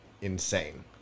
insane